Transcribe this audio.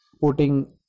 putting